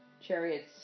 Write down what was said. chariots